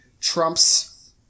trump's